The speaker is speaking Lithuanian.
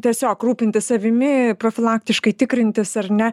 tiesiog rūpintis savimi profilaktiškai tikrintis ar ne